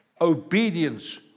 obedience